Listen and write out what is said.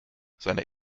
seine